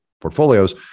portfolios